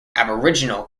aboriginal